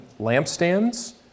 lampstands